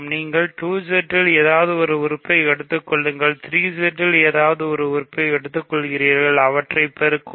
நீங்கள் 2Z இல் ஏதாவது ஒரு உறுப்பை எடுத்துக் கொள்ளுங்கள் 3Z இல் ஏதாவது ஒரு உறுப்பை எடுத்துக் கொள்கிறீர்கள் அவற்றை பெருக்கவும்